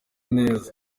neza